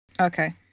Okay